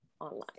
online